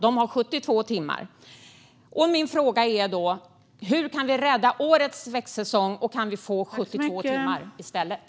De har 72 timmar. Min fråga är: Hur kan vi rädda årets växtsäsong, och kan vi få 72 timmar i stället?